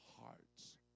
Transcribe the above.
hearts